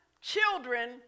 children